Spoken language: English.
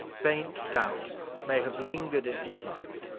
faint doubt may have lingered in his mind,